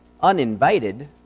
uninvited